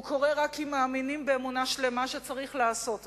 הוא קורה רק אם מאמינים באמונה שלמה שצריך לעשות אותו,